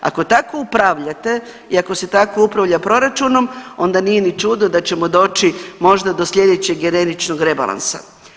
Ako tako upravljate i ako se tako upravlja proračunom onda nije ni čudo da ćemo doći možda do slijedećeg generičnog rebalansa.